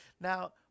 Now